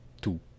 two